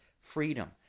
freedom